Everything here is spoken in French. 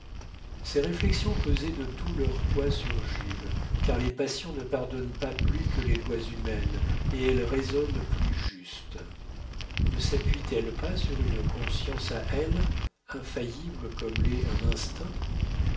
ces réflexions pesaient de tout leur poids sur jules car les passions ne pardonnent pas plus que les lois humaines et elles raisonnent plus juste ne sappuient elles pas sur une conscience à elles infaillible comme l'est un instinct